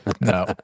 No